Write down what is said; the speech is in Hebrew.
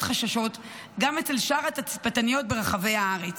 חששות גם אצל שאר התצפיתניות ברחבי הארץ,